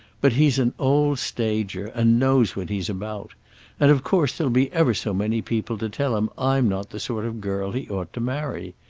but he's an old stager and knows what he's about and of course there'll be ever so many people to tell him i'm not the sort of girl he ought to marry.